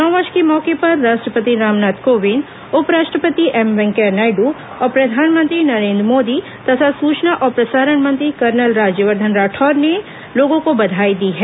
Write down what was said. नव वर्ष के मौके पर राष्ट्रपति रामनाथ कोविन्द उपराष्ट्रपति एम वेंकैया नायडू और प्रधानमंत्री नरेन्द्र मोदी तथा सुचना और प्रसारण मंत्री कर्नल राज्यवर्धन राठौड़ ने लोगों को बधाई दी है